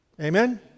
Amen